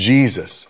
Jesus